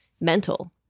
mental